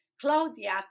Claudia